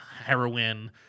heroin